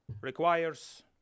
requires